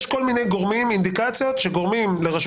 יש כל מיני אינדיקציות שגורמות לרשות